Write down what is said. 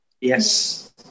Yes